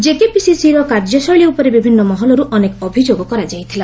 ଜେକେପିସିସିର କାର୍ଯ୍ୟଶୈଳୀ ଉପରେ ବିଭିନ୍ନ ମହଲରୁ ଅନେକ ଅଭିଯୋଗ କରାଯାଇଥିଲା